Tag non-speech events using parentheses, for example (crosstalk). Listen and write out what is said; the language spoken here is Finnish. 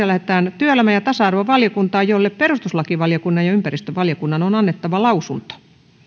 (unintelligible) lähetetään työelämä ja tasa arvovaliokuntaan jolle perustuslakivaliokunnan ja ympäristövaliokunnan on annettava lausunto